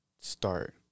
start